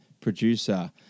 producer